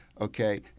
Okay